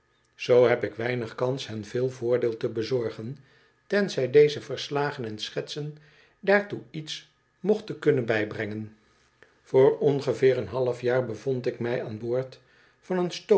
zoo heb ik weinig kans hen veel voordeel te bezorgen tenzij deze verslagen en schetsen daartoe iets mochten kunnen bijbrengen voor ongeveer oen half jaar bevond ik mij aan boord van een